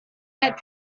had